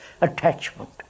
attachment